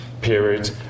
period